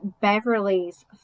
Beverly's